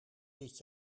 dit